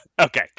Okay